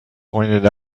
pointed